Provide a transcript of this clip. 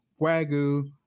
Wagyu